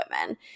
women